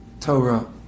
Torah